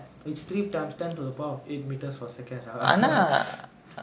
it's three times ten to the power of eight per second ah